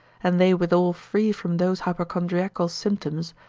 and they withal free from those hypochondriacal symptoms,